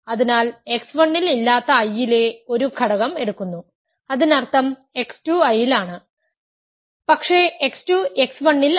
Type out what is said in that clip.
അതിനാൽ x 1 ൽ ഇല്ലാത്ത I ലെ ഒരു ഘടകo എടുക്കുന്നു അതിനർത്ഥം x2 I ലാണ് പക്ഷേ x2 x1 ൽ അല്ല